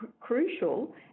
crucial